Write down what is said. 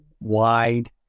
wide